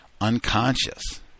unconscious